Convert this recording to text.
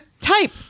type